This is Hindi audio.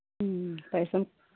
पैसों